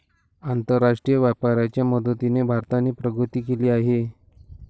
आंतरराष्ट्रीय व्यापाराच्या मदतीने भारताने प्रगती केली आहे